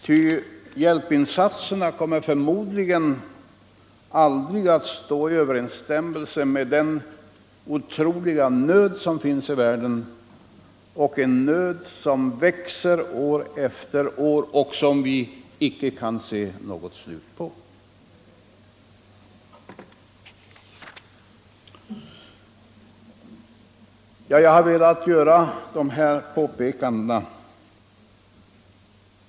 Ty hjälpinsatserna kommer förmodligen aldrig att räcka till för den otroliga nöden i världen, en nöd som växer år för år och som vi icke ser något slut på. Jag har velat göra de här påpekandena.